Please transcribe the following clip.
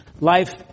Life